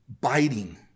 biting